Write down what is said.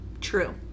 True